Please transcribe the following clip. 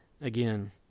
again